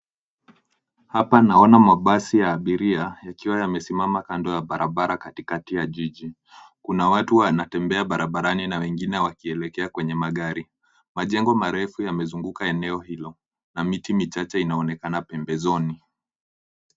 Hapa naona mabasi ya abiria yakiwa yamesimama kando ya barabara katikati ya jiji. Kuna watu wanatembea barabarani na wengine wakielekea kwenye magari. Majengo marefu yamezunguka eneo hilo na miti michache inaonekana pembezoni.